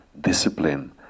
discipline